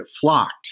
flocked